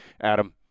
Adam